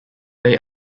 they